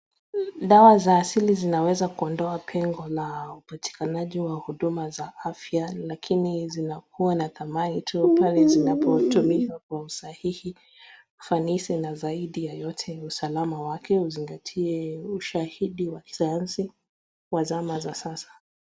Dawa za asili zinaweza kuondoa pengo na upatikanaji wa huduma za afya, lakini zinakuwa na thamani tu pale zinapotumika kwa usahihi, ufanisi na zaidi ya yote ni usalama wake uzingatie ushahidi wa kisayansi wa zama za sasa.